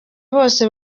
bose